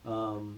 um